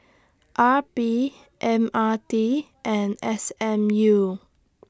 R P M R T and S M U